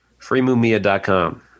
Freemumia.com